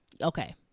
Okay